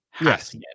Yes